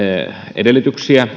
edellytyksiä